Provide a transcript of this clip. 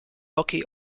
rookie